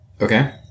Okay